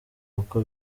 kuko